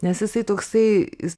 nes jisai toksai